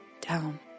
down